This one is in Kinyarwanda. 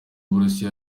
burusiya